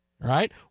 Right